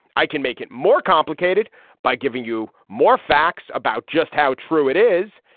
i can make it more complicated by giving you more facts about just how true it is.